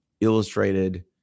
illustrated